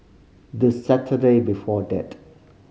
the Saturday before that